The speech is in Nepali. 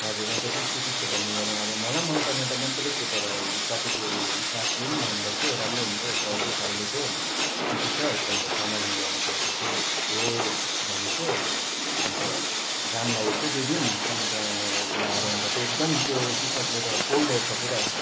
हजुर अन्त त्यस्तो त्यस्तो भन्नु भएर अब मलाई मन पर्नु त मन परेको थियो तर तपाईँको स्टाफले भन्नु भएको थियो राम्रै हुन्छ चल्ती छ अहिलेको यो टी सर्ट अन्त समरमा लगाउने खाले थियो हो भनेको थियो अन्त घाम लागेको थियो त्यो दिन अन्त लगाएर हिँड्दा त एकदम त्यो टिसर्टले त पोल्दो रहेछ पुरा